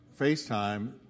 FaceTime